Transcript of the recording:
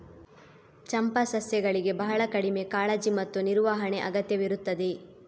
ಚಂಪಾ ಸಸ್ಯಗಳಿಗೆ ಬಹಳ ಕಡಿಮೆ ಕಾಳಜಿ ಮತ್ತು ನಿರ್ವಹಣೆ ಅಗತ್ಯವಿರುತ್ತದೆ